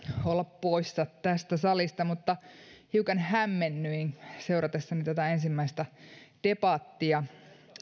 olla poissa tästä salista mutta hiukan hämmennyin seuratessani tätä ensimmäistä debattia